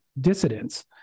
dissidents